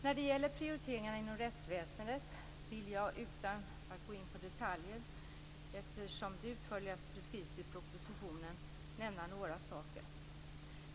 När det gäller prioriteringarna inom rättsväsendet vill jag utan att gå in på detaljer, eftersom det utförligare beskrivs i propositionen, nämna några saker.